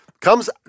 Comes